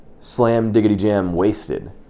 slam-diggity-jam-wasted